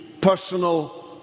personal